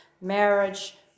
marriage